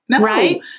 Right